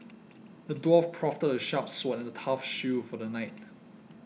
the dwarf crafted a sharp sword and a tough shield for the knight